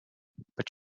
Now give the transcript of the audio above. but